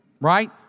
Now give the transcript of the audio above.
right